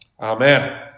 Amen